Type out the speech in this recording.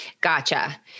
gotcha